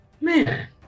Man